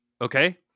Okay